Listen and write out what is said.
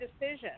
decision